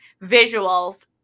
Visuals